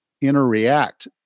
interact